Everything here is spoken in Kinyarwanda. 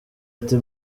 ati